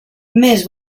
més